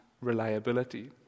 reliability